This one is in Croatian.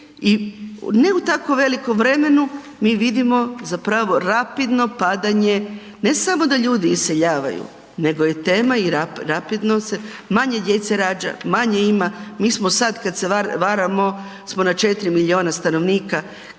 i ne u tako velikom vremenu mi vidimo zapravo rapidno padanje ne samo da ljudi iseljavaju nego je tema i rapidno se manje djece rađa, manje ima. Mi smo sad, kad se varamo na 4 milijuna stanovnika.